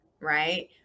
right